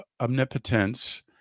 omnipotence